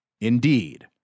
Indeed